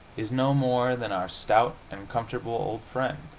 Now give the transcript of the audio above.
is no more than our stout and comfortable old friend,